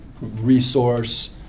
resource